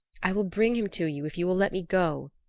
i will bring him to you if you will let me go,